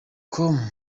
com